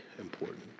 important